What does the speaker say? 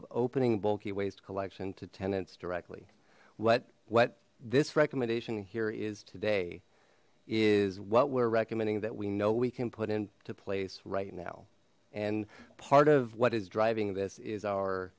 of opening bulky waste collection to tenants directly what what this recommendation here is today is what we're recommending that we know we can put into place right now and part of what is driving this is our